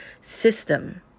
system